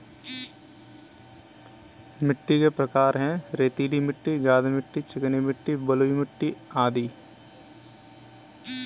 मिट्टी के प्रकार हैं, रेतीली मिट्टी, गाद मिट्टी, चिकनी मिट्टी, बलुई मिट्टी अदि